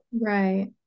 Right